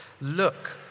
Look